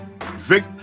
Vic